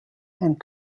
and